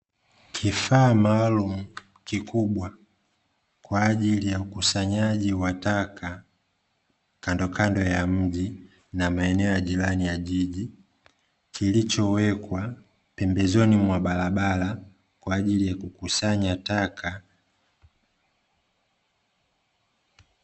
Kifaa maalumu kikubwa, kwa ajili ya ukusanyaji wa taka, kandokando ya mji na maeneo ya jirani ya jiji, kilichowekwa pembezoni mwa barabara kwa ajili ya kukusanya taka.